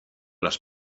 las